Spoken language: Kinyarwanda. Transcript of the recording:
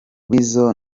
weasal